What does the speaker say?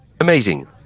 amazing